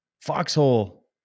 Foxhole